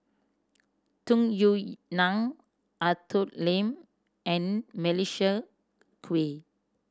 Tung Yue Nang Arthur Lim and Melissa Kwee